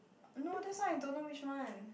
no this one I don't know which one